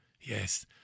Yes